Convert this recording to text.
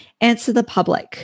AnswerThePublic